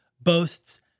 boasts